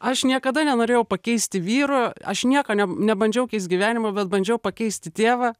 aš niekada nenorėjau pakeisti vyro aš nieka ne nebandžiau keisti gyvenimo bet bandžiau pakeisti tėvą